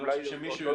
אולי זה עוד לא נסגר.